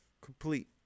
Complete